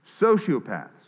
Sociopaths